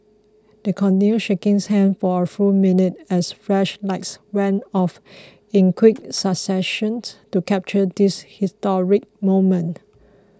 they continued shaking hands for a full minute as flashlights went off in quick succession to capture this historic moment